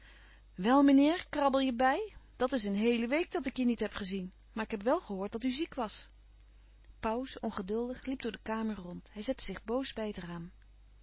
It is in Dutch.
wel meneer krabbel je bij dat is een heele week dat ik je niet louis couperus van oude menschen de dingen die voorbij gaan heb gezien maar ik had wel gehoord dat u ziek was pauws ongeduldig liep door de kamer rond hij zette zich boos bij het raam